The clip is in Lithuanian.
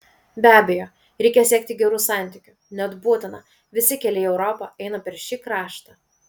be abejo reikia siekti gerų santykių net būtina visi keliai į europą eina per šį kraštą